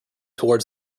toward